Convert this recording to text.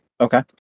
Okay